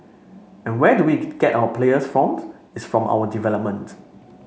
and where do we get our players forms it's from our development